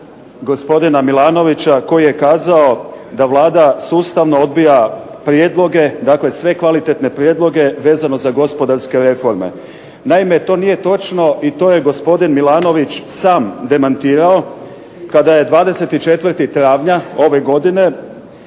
gospodina Milanovića, koji je kazao da Vlada sustavno odbija prijedloge, dakle sve kvalitetne prijedloge vezano za gospodarske reforme. Naime to nije točno i to je gospodin Milanović sam demantirao, kada je 24. travnja ove godine,